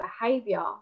behavior